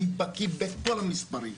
אני בקיא בכל המספרים,